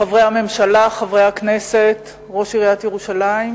חברי הממשלה, חברי הכנסת, ראש עיריית ירושלים,